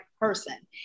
person